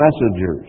messengers